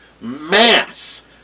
Mass